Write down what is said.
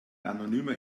anonymer